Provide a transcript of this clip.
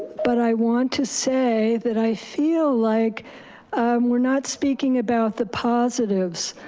but i want to say that i feel like we're not speaking about the positives.